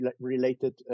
related